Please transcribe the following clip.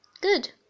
Good